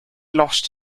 lost